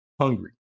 hungry